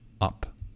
up